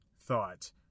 thought